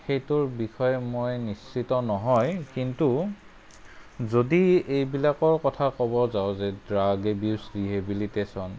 সেইটোৰ বিষয়ে মই নিশ্চিত নহয় কিন্তু যদি এইবিলাকৰ কথা ক'ব যাওঁ যে ড্ৰাগ এবিউচ ৰিহেবিলিটেচন